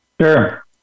Sure